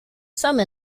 some